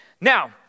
Now